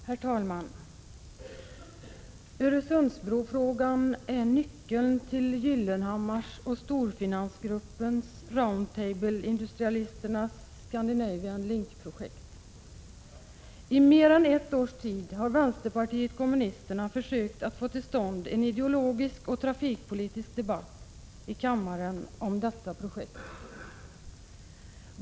Herr talman! Öresundsbrofrågan är nyckeln till Gyllenhammars och storfinansgruppen Roundtable-industrialisternas Scandinavian Link-projekt. Under mer än ett år har vänsterpartiet kommunisterna försökt få till stånd en ideologisk och trafikpolitisk debatt i kammaren om detta projekt.